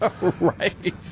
right